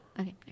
Okay